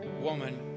woman